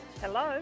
Hello